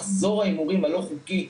מחזור ההימורים הלא חוקי,